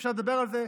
אפשר לדבר על זה.